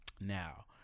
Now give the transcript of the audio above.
now